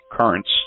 currents